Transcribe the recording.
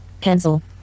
Cancel